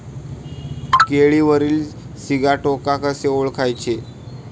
केळीवरील सिगाटोका कसे ओळखायचे?